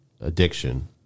addiction